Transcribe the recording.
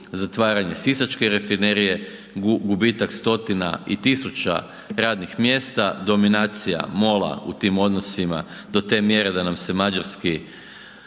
zatvaranje sisačke rafinerije, gubitak stotina i tisuća radnih mjesta, dominacija MOL-a u tim odnosima to mjere da nam se mađarski